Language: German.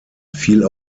fiel